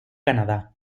canadá